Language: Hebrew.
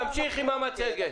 תמשיך עם המצגת.